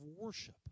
worship